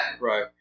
Right